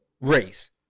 race